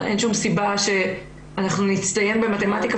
אין שום סיבה שאנחנו נצטיין במתמטיקה